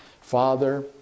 father